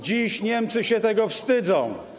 Dziś Niemcy się tego wstydzą.